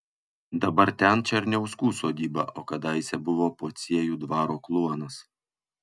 dabar ten černiauskų sodyba o kadaise buvo pociejų dvaro kluonas